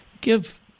Give